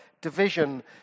division